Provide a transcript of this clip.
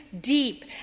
deep